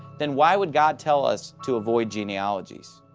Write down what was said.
then why would god tell us to avoid genealogies?